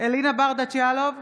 אלינה ברדץ' יאלוב,